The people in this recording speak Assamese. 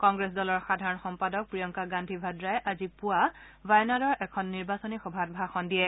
কংগ্ৰেছ দলৰ সাধাৰণ সম্পাদক প্ৰিয়ংকা গান্ধী ভাদ্ৰাই আজি পুৱা ৱায়নাদৰ এখন নিৰ্বাচনী সভাত ভাষণ দিয়ে